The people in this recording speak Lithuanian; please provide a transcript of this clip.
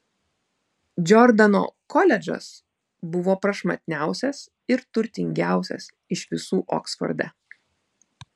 džordano koledžas buvo prašmatniausias ir turtingiausias iš visų oksforde